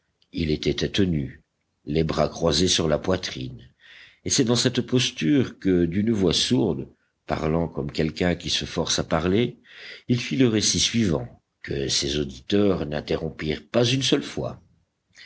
il était tête nue les bras croisés sur la poitrine et c'est dans cette posture que d'une voix sourde parlant comme quelqu'un qui se force à parler il fit le récit suivant que ses auditeurs n'interrompirent pas une seule fois